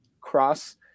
cross